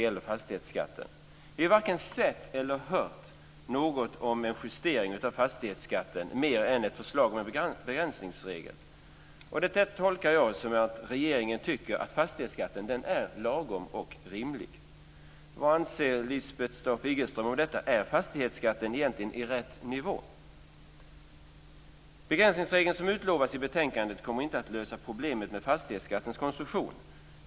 Vi har varken sett eller hört något om en justering av fastighetsskatten mer än ett förslag om en begränsningsregel. Detta tolkar jag som att regeringen tycker att fastighetsskatten är lagom och rimlig. Begränsningsregeln som utlovas i betänkandet kommer inte att lösa problemet med fastighetsskattens konstruktion.